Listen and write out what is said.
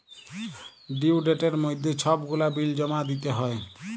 due ডেটের মইধ্যে ছব গুলা বিল জমা দিতে হ্যয়